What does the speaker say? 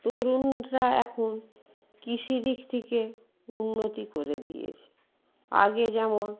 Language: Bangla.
তরুণরা এখন কৃষি দিক থেকে উন্নতি করে দিয়েছে আগে যেমন